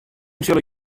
sille